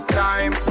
time